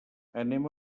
anem